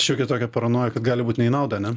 šiokią tokią paranoją kad gali būt ne į naudą ane